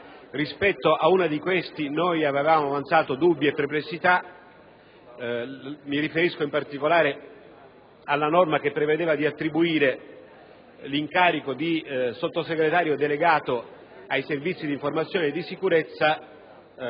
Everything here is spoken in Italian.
rispetto ad una delle quali avevamo avanzato dubbi e perplessità; mi riferisco, in particolare, alla norma che prevedeva di attribuire l'incarico di Sottosegretario delegato ai Servizi di informazione e sicurezza